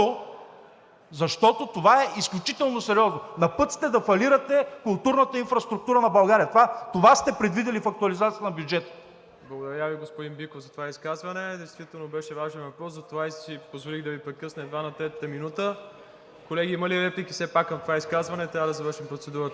защото това е изключително сериозно. Напът сте да фалирате културната инфраструктура на България. Това сте предвидили в актуализацията на бюджета. ПРЕДСЕДАТЕЛ МИРОСЛАВ ИВАНОВ: Благодаря Ви, господин Биков, за това изказване. Действително беше важен въпрос, затова и си позволих да Ви прекъсна едва на третата минута. Колеги, има ли реплики все пак към това изказване? Трябва да завършим процедурата.